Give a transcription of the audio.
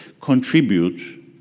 contribute